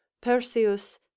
perseus